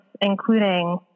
including